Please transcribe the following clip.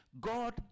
God